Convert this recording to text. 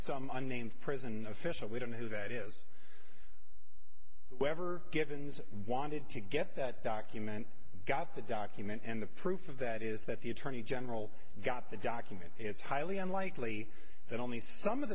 some unnamed prison official we don't know who that is wherever givens wanted to get that document got the document and the proof of that is that the attorney general got the document it's highly unlikely that only some of